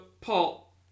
Paul